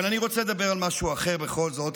אבל אני רוצה לדבר על משהו אחר בכל זאת,